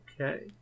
okay